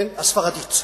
הספרדית,